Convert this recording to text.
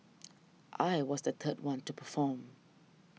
I was the third one to perform